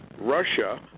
Russia